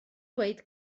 dweud